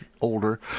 older